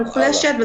מוחלשת,